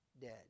dead